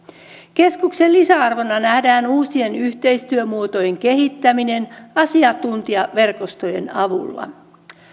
keskuksen lisäarvona nähdään uusien yhteistyömuotojen kehittäminen asiantuntijaverkostojen avulla